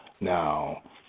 Now